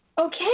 Okay